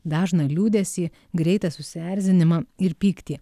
dažną liūdesį greitą susierzinimą ir pyktį